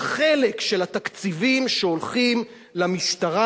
בחלק של התקציבים שהולכים למשטרה,